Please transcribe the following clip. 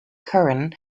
curran